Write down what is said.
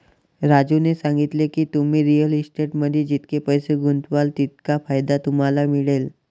राजूने सांगितले की, तुम्ही रिअल इस्टेटमध्ये जितके पैसे गुंतवाल तितका फायदा तुम्हाला मिळेल